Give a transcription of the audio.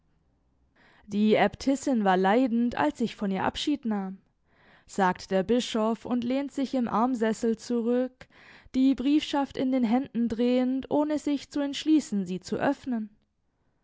die äbtissin war leidend als ich von ihr abschied nahm sagt der bischof und lehnt sich im armsessel zurück die briefschaft in den händen drehend ohne sich zu entschließen sie zu öffnen